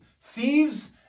thieves